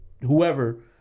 whoever